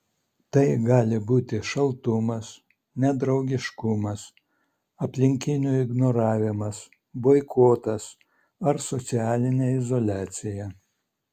tai gali būti šaltumas nedraugiškumas aplinkinių ignoravimas boikotas ar socialinė izoliacija